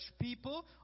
people